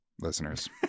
listeners